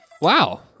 wow